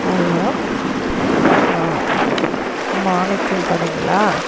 hello Manickam கடைங்களா